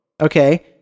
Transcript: Okay